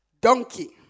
donkey